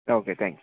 okay thank you